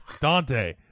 Dante